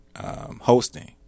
hosting